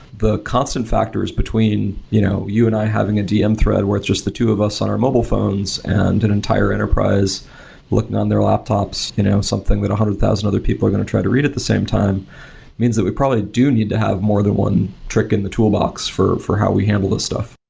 the constant factors between you know you and i having a dm thread where it's just the two of us on our mobile phones and an entire enterprise looking on their laptops you know something with one hundred thousand other people are going to try to read at the same time means that we probably do need to have more than one trick in the toolbox for for how we handle this stuff.